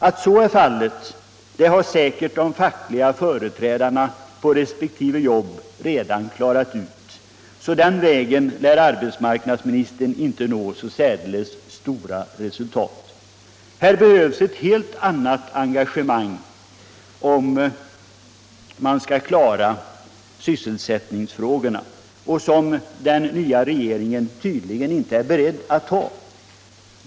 Att så är fallet har säkert de fackliga företrädarna på resp. jobb redan klarat ut, så den vägen lär arbetsmarknadsministern inte nå särskilt stora resultat. Det behövs ett helt annat engagemang om man skall klara sysselsättningsfrågorna, vilket den nya regeringen tydligen inte är beredd till.